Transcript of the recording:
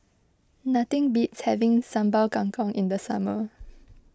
nothing beats having Sambal Kangkong in the summer